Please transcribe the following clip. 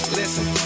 listen